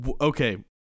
Okay